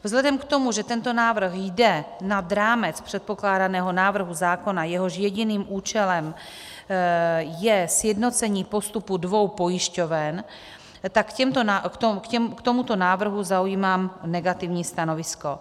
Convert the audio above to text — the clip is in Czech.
Vzhledem k tomu, že tento návrh jde nad rámec předpokládaného návrhu zákona, jehož jediným účelem je sjednocení postupu dvou pojišťoven, tak k tomuto návrhu zaujímám negativní stanovisko.